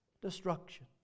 destruction